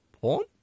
porn